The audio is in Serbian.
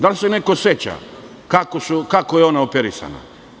Da li se neko seća kako je ona operisana.